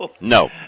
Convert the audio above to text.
No